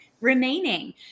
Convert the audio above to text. remaining